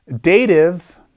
Dative